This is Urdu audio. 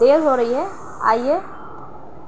دیر ہو رہی ہے آئیے